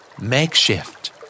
Makeshift